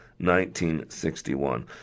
1961